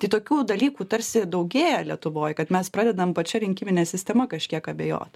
tai tokių dalykų tarsi daugėja lietuvoj kad mes pradedam pačia rinkimine sistema kažkiek abejot